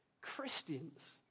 Christians